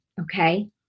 okay